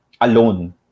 alone